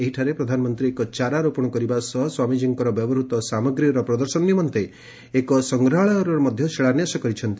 ଏହିଠାରେ ପ୍ରଧାନମନ୍ତ୍ରୀ ଏକ ଚାରା ରୋପଣ କରିବା ସହ ସ୍ୱାମୀଜୀଙ୍କର ବ୍ୟବହୃତ ସାମଗ୍ରୀର ପ୍ରଦର୍ଶନ ନିମନ୍ତେ ଏକ ସଂଗ୍ରହାଳୟର ମଧ୍ୟ ଶିଳାନ୍ୟାସ କରିଛନ୍ତି